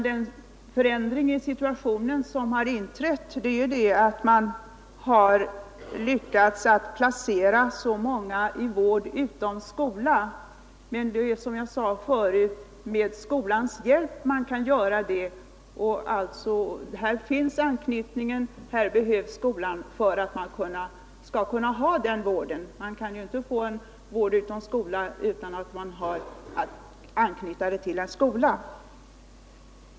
Den förändring som inträtt är att man lyckats placera många i vård utanför skolan, men detta kan man endast, som jag tidigare sade, göra med skolans hjälp. Här finns alltså anknytningen: skolan behövs för att man skall kunna ge den vården. Det går ju inte att få vård utanför skolan utan att samtidigt anknyta vården till denna.